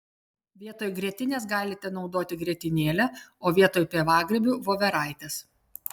vietoj grietinės galite naudoti grietinėlę o vietoj pievagrybių voveraites